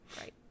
Right